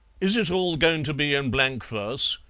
is it all going to be in blank verse?